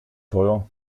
teuer